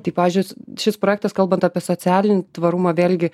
tai pavyzdžiui šis projektas kalbant apie socialinį tvarumą vėlgi